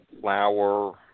flower